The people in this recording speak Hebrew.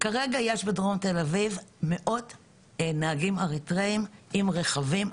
כרגע יש בדרום תל אביב מאות נהגים אריתראים עם רכבים,